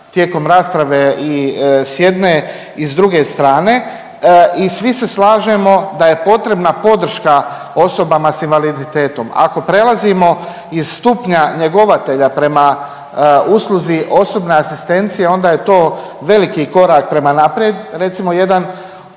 tijekom rasprave i s jedne i s druge strane i svi se slažemo da je potrebna podrška osobama s invaliditetom. Ako prelazimo iz stupnja njegovatelja prema usluzi osobne asistencije onda je to veliki korak prema naprijed. Recimo jedan